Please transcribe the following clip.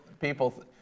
people